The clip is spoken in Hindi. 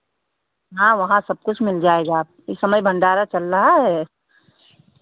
हाँ वहाँ सब कुछ मिल जाएगा इस समय भण्डारा चल रहा है